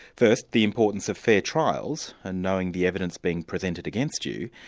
first, the importance of fair trials, and knowing the evidence being presented against you.